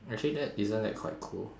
actually that isn't that quite cool